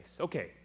Okay